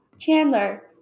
Chandler